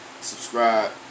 subscribe